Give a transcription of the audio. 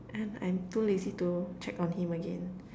um I'm too lazy to check on him again